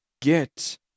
get